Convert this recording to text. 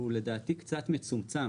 הוא לדעתי קצת מצומצם.